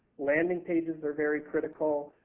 landing pages are very critical.